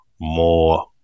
more